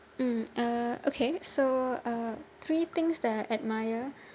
mm uh okay so uh three things that I admire